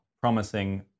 promising